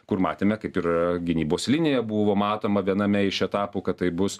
kur matėme kaip ir gynybos linija buvo matoma viename iš etapų kad taip bus